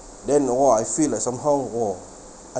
then orh I feel like somehow !whoa!